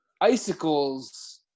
Icicles